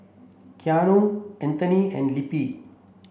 Keanu Anthoney and Lempi